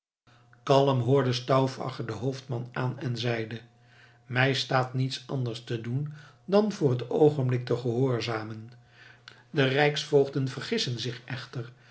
kalm hoorde stauffacher den hoofdman aan en zeide mij staat niets anders te doen dan voor het oogenblik te gehoorzamen de rijksvoogden vergissen zich echter